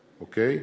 אוקיי?